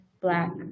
black